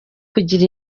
kugira